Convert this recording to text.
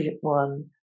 one